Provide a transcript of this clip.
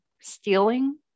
stealing